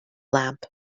lamp